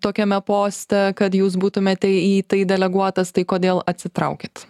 tokiame poste kad jūs būtumėte į tai deleguotas tai kodėl atsitraukėt